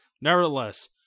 nevertheless